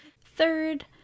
Third